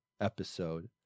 episode